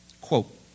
Quote